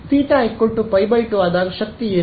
θ π 2 ಆದಾಗ ಶಕ್ತಿ ಏನು